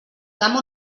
camp